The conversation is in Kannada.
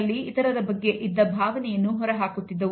ಅಂದರೆ ವಿವಿಧ ರೀತಿಯ ನೋಟಗಳನ್ನು ಹಾಗೂ ಅದರ ವ್ಯಾಖ್ಯಾನಗಳನ್ನು ಅಧ್ಯಯನ ಮಾಡಬಹುದು